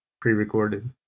pre-recorded